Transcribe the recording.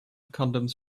condoms